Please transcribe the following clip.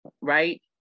right